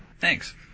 Thanks